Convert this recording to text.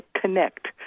connect